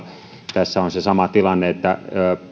tässä on se sama tilanne että